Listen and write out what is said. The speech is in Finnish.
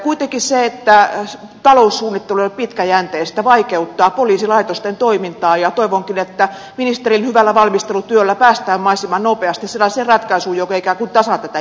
kuitenkin se että taloussuunnittelu ei ole pitkäjänteistä vaikeuttaa poliisilaitosten toimintaa ja toivonkin että ministerin hyvällä valmistelutyöllä päästään mahdollisimman nopeasti sellaiseen ratkaisuun joka ikään kuin tasaa tätä järjestelmää